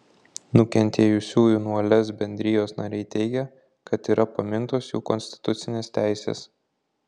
nukentėjusiųjų nuo lez bendrijos nariai teigia kad yra pamintos jų konstitucinės teisės